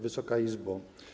Wysoka Izbo!